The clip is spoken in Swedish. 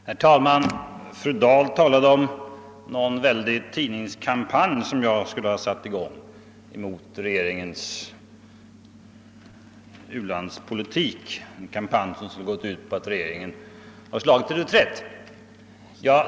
Herr talman! Fru Dahl talade om en väldig tidningskampanj som jag skulle satt i gång mot regeringens u-landspolitik, en kampanj som skulle gått ut på att regeringen slagit till reträtt.